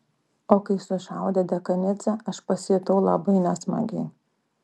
o kai sušaudė dekanidzę aš pasijutau labai nesmagiai